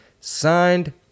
signed